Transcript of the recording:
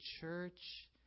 church